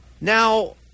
now